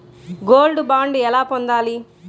Gold bond ఎలా పొందాలి?